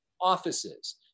offices